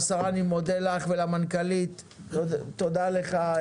השרה, אני מודה לך למנכ"לית, תודה לך,